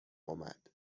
آمد